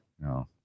No